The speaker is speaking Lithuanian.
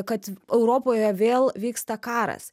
kad europoje vėl vyksta karas